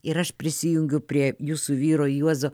ir aš prisijungiu prie jūsų vyro juozo